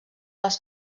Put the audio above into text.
les